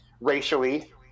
racially